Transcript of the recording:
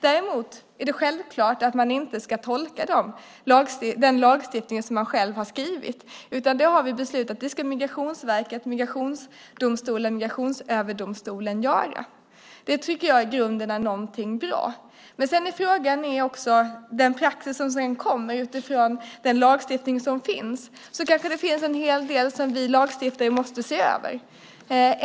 Däremot är det självklart att man inte ska tolka den lagstiftning man själv har skrivit. Det ska Migrationsverket, migrationsdomstolarna och Migrationsöverdomstolen göra. Det är i grunden bra. Sedan är det fråga om den praxis som uppstår utifrån den lagstiftning som finns. Det kanske finns en hel del som vi lagstiftare måste se över.